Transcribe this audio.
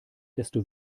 desto